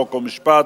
חוק ומשפט,